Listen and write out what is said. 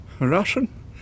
Russian